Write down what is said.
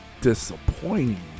disappointing